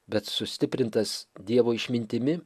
bet sustiprintas dievo išmintimi